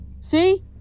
See